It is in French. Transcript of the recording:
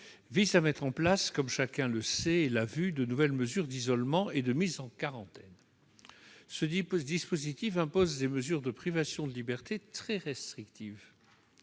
vise à mettre en place, comme chacun le sait, de nouvelles mesures d'isolement et de mise en quarantaine. Ce dispositif impose des mesures de privation de liberté très restrictives